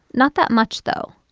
not that much, though.